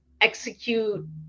execute